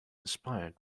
inspired